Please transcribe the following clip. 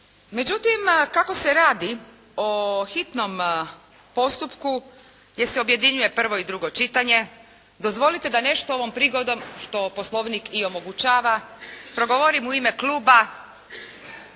Međutim, kako se radi o hitnom postupku gdje se objedinjuje prvo i drugo čitanje dozvolite da nešto ovom prigodom što Poslovnik i omogućava progovorim u ime kluba